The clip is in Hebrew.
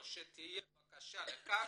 או שתהיה בקשה לכך,